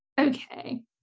Okay